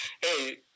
Hey